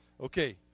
Okay